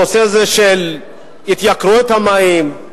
הנושא של התייקרויות המים,